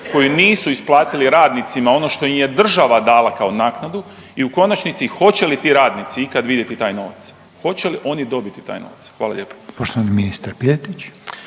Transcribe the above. koji nisu isplatili radnicima ono što im je država dala kao naknadu? I u konačnici, hoće li ti radnici ikad vidjeti taj novac, hoće li oni dobiti taj novac? Hvala lijepo.